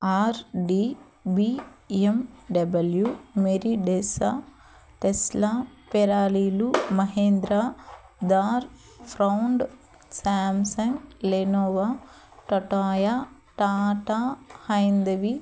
are D B M W Mercedes Tesla ఫెరారీలు మహీంద్రా దార్ ఫ్రౌండ్ Samsung Lenovo టటాయా టాటా హైందవి